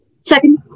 Second